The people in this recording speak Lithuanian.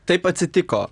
taip atsitiko